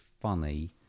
funny